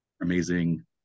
amazing